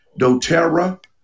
doterra